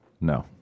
No